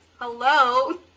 Hello